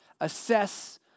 Assess